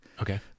Okay